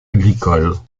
agricoles